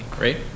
right